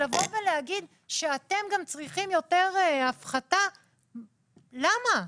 לבוא ולהגיד שאתם גם צריכים יותר הפחתה, למה?